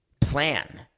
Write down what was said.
plan